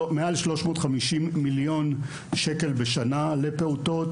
במעל ל-350 מיליון שקל בשנה עבור פעוטות.